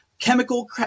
chemical